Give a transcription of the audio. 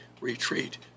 retreat